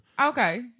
Okay